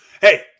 hey